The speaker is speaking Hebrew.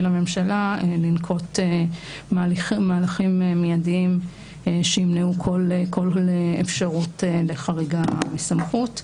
לממשלה לנקוט מהלכים מידיים שימנעו כל אפשרות לחריגה מסמכות.